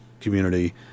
community